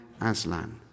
Aslan